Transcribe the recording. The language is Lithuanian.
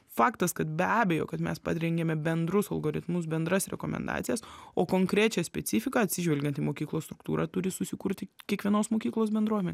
faktas kad be abejo kad mes parengėme bendrus algoritmus bendras rekomendacijas o konkrečią specifiką atsižvelgiant į mokyklos struktūrą turi susikurti kiekvienos mokyklos bendruomenė